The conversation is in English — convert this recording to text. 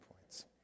points